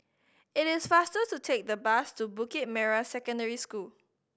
it is faster to take the bus to Bukit Merah Secondary School